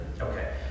Okay